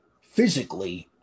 physically